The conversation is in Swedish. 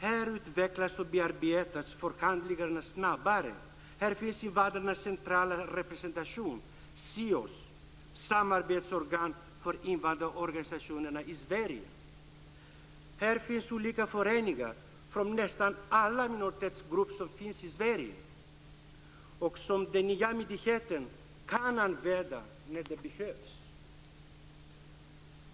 Här utvecklas och bearbetas förhandlingarna snabbare, här finns invandrarnas centrala representation SIOS, Samarbetsorgan för invandrarorganisationerna i Sverige. Här finns olika föreningar från nästan alla minoritetsgrupper som finns i Sverige och som den nya myndigheten kan använda när det behövs.